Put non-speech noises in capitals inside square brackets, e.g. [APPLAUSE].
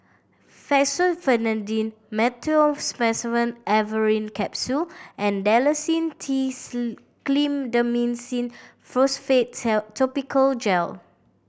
Fexofenadine Meteospasmyl Alverine Capsule and Dalacin T [UNINTELLIGIBLE] Clindamycin Phosphate [UNINTELLIGIBLE] Topical Gel